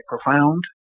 profound